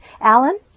Alan